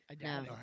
No